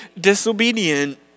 disobedient